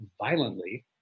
violently